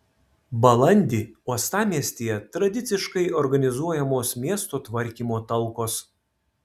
balandį uostamiestyje tradiciškai organizuojamos miesto tvarkymo talkos